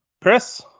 Chris